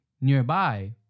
nearby